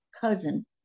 cousin